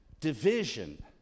division